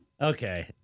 Okay